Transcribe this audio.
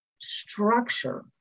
structure